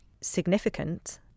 significant